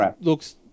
looks